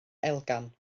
elgan